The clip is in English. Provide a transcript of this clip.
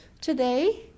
today